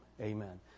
amen